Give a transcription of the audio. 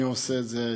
אני עושה את זה,